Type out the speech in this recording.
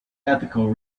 ethical